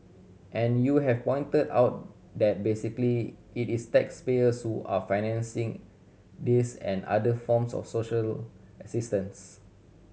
and you have pointed out that basically it is taxpayers who are financing this and other forms of social assistance